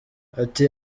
ati